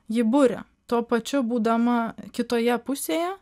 ji buria tuo pačiu būdama kitoje pusėje